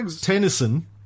Tennyson